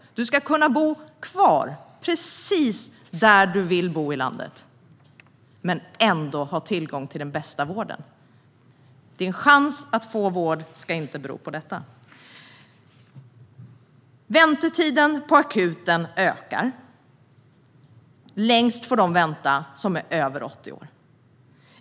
Man ska kunna bo kvar precis där i landet man vill men ändå ha tillgång till den bästa vården. Din chans att få vård ska inte bero på detta. Väntetiden på akuten ökar. Längst får de vänta som är över 80 år.